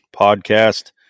podcast